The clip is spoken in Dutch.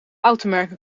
automerken